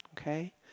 okay